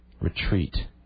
Retreat